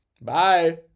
Bye